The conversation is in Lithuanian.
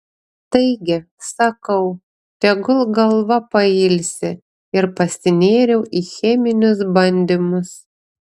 taigi sakau tegul galva pailsi ir pasinėriau į cheminius bandymus